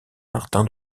martin